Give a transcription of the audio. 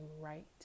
right